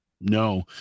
No